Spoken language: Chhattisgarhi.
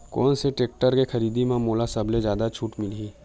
कोन से टेक्टर के खरीदी म मोला सबले जादा छुट मिलही?